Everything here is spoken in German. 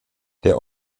der